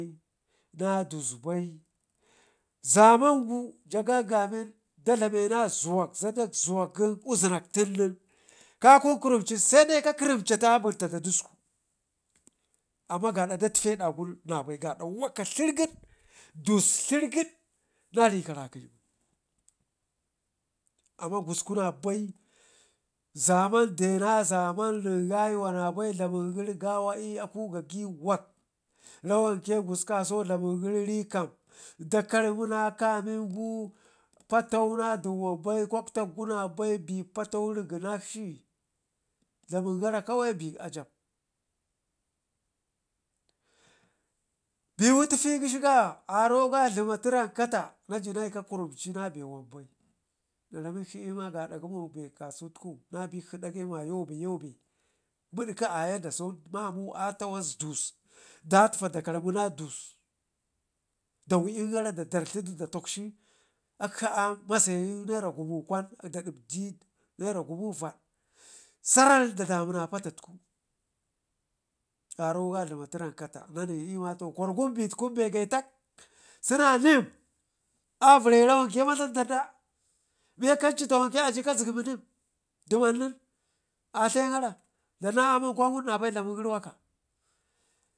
na dus bai zamangu ja gangamin ja dlamena zuwak zadak zuwak kə uzinka ten nen ka kun kurumci sai da ka kəremcatu abinta da dusku, amma datke dagu nabai gadda waka ghirgid dus ghirgid nahal ka rakəni bai, amma kusku nabai zaman dena zaman nen gaguwa nabai dlamin gəri gawa l'aku gagyiwak rawanke gusku kasau dlamin gəri ri kan dagarmina kamingu patau na dim wan bai kwaktaugu na bai patau riginakshi dlamin gara kawai be ajab, bewu tifi gheshiga aroga dlumatu renkata naji naka kurumci nabe wanbai naramikshi lma gaada gumo be kasutku nabikshi dagə ma yobe yobe budkə aya da sun mamua tawas dus datfa dakarmina dus dauyən gara da darghidu dauyə akshi amase nera gumu kwan da dibji nera gumu vadsaral da damuna Patatku aroga da ilimaci rankata nane lmato kwargun betkun getak, sena nim avərra l'rawanke bai maza ɗaɗa miyakamci tawanke kazgəmi nim duman nen a ghayin gara dlam na aman kwan nen nabai dlamin gəri waka